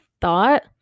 thought